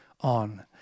on